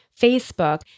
Facebook